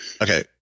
Okay